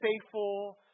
faithful